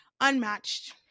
unmatched